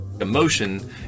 Emotion